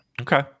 Okay